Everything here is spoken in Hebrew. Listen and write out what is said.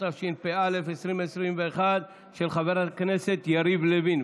של יריב לוין.